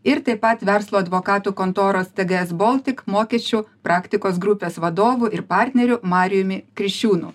ir taip pat verslo advokatų kontoros tege es boltik mokesčių praktikos grupės vadovu ir partneriu mariumi kriščiūnu